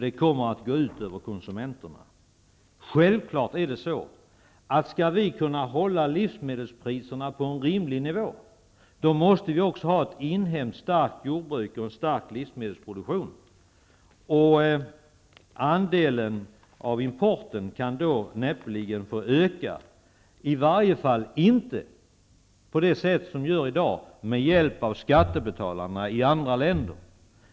Det kommer att gå ut över konsumenterna. Det är självklart att om vi skall kunna hålla livsmedelspriserna på en rimlig nivå måste vi också ha ett starkt inhemskt jordbruk och en stark livsmedelsproduktion. Importens andel kan då näppeligen få öka, i varje fall inte på det sätt som den gör i dag med hjälp av skattebetalarna i andra länder.